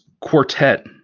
quartet